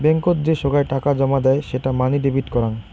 বেঙ্কত যে সোগায় টাকা জমা দেয় সেটা মানে ডেবিট করাং